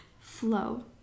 flow